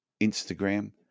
Instagram